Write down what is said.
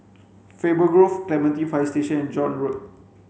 Faber Grove Clementi Fire Station and John Road